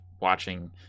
watching